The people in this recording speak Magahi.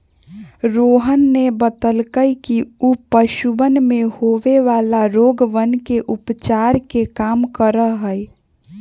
रोहन ने बतल कई कि ऊ पशुवन में होवे वाला रोगवन के उपचार के काम करा हई